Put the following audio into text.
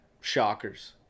shockers